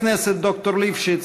לרופא הכנסת ד"ר ליפשיץ,